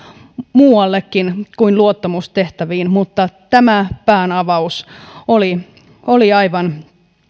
muuallekin kuin luottamustehtäviin tämä päänavaus oli oli aivan